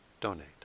donate